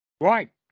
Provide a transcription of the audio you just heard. Right